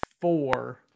four